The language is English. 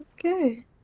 Okay